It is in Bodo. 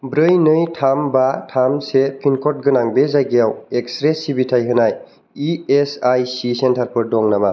ब्रै नै थाम बा थाम से पिनक'ड गोनां बे जायगायाव एक्स रे सिबिथाय होनाय इ एस आइ सि सेन्टारफोर दं नामा